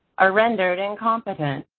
are rendered incompetent.